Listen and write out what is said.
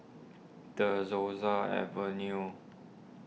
De Souza Avenue